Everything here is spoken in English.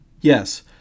Yes